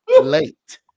Late